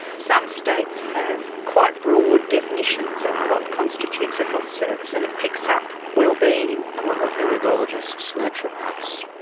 some states have quite broad definitions of what constitutes a health service and it picks up well-being. and what about iridologists, naturopaths?